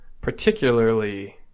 particularly